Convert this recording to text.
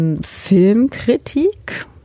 Filmkritik